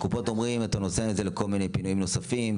הקופות אומרים אתה נותן את זה לכל מיני פינויים נוספים,